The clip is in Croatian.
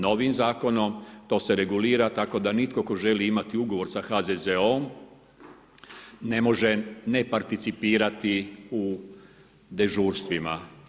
Novim zakonom to se regulira tako da nitko tko želi imati ugovor sa HZZO-om ne može ne participirati u dežurstvima.